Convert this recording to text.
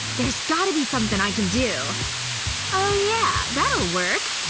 there's got to be something i can do oh yeah that'll work!